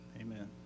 Amen